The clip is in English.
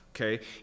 Okay